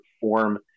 form